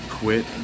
quit